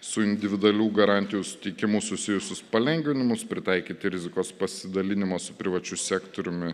su individualių garantijų suteikimu susijusius palengvinimus pritaikyti rizikos pasidalinimo su privačiu sektoriumi